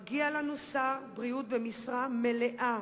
מגיע לנו שר בריאות במשרה מלאה,